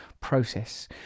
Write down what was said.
process